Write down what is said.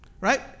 right